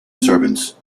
servants